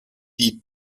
die